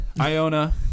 Iona